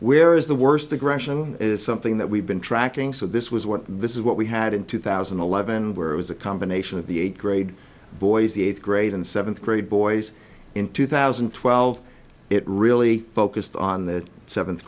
where is the worst aggression is something that we've been tracking so this was what this is what we had in two thousand and eleven where it was a combination of the eight grade boys the eighth grade and seventh grade boys in two thousand and twelve it really focused on the seventh